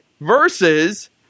versus